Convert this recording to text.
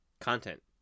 content